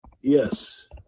Yes